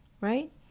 right